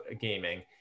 gaming